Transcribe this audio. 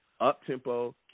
up-tempo